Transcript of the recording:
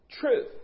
truth